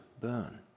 burn